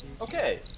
Okay